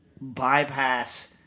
bypass